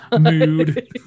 Mood